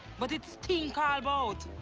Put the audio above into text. but it stink all about.